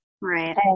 Right